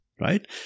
right